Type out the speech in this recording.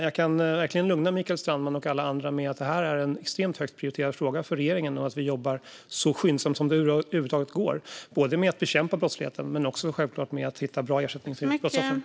Jag kan dock verkligen lugna Mikael Strandman och alla andra med att detta är en extremt högt prioriterad fråga för regeringen och att vi jobbar så skyndsamt som det över huvud taget går, både med att bekämpa brottsligheten och självklart också med att hitta bra ersättningar till brottsoffren.